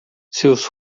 seus